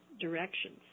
directions